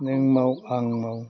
नों माव आं माव